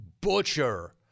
butcher